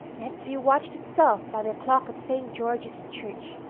and had to be watched itself by the clock of st. george's church.